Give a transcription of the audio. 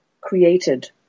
created